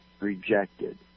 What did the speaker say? rejected